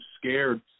scared